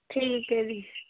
ਠੀਕ ਹੈ ਜੀ